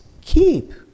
keep